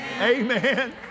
Amen